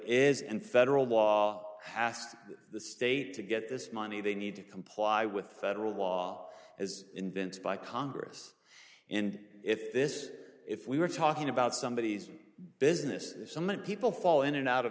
is in federal law passed the state to get this money they need to comply with federal law as invented by congress and if this if we were talking about somebodies business there's so many people fall in and